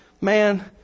man